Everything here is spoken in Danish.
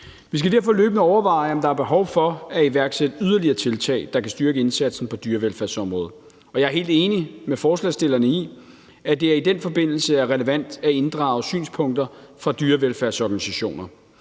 Vi skal derfor løbende overveje, om der er behov for at iværksætte yderligere tiltag, der kan styrke indsatsen på dyrevelfærdsområdet. Og jeg er helt enig med forslagsstillerne i, at det i den forbindelse er relevant at inddrage synspunkter fra dyrevelfærdsorganisationer.